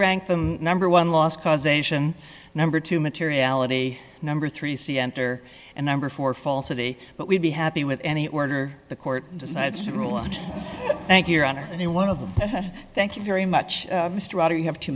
rank them number one last causation number two materiality number three c enter and number four falsity but we'd be happy with any order the court decides to rule on thank you your honor any one of them thank you very much you have two